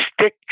stick